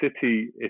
city